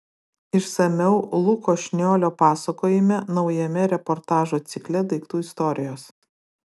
išsamiau luko šniolio pasakojime naujame reportažų cikle daiktų istorijos